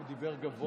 הוא דיבר גבוה מאוד.